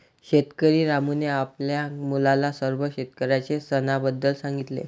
शेतकरी रामूने आपल्या मुलाला सर्व शेतकऱ्यांच्या सणाबद्दल सांगितले